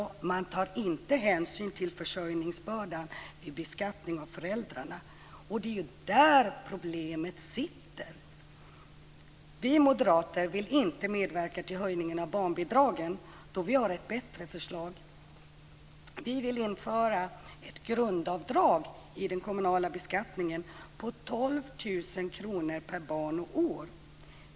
Jo, man tar inte hänsyn till försörjningsbördan vid beskattning av föräldrarna. Det är ju där problemet sitter. Vi moderater vill inte medverka till höjningen av barnbidragen då vi har ett bättre förslag. Vi vill införa ett grundavdrag i den kommunala beskattningen på 12 000 kr per barn och år.